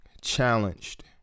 challenged